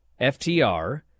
FTR